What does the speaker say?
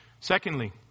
Secondly